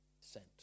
sent